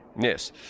yes